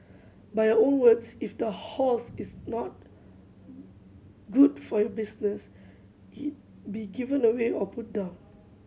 by your own words if the horse is not good for your business it be given away or put down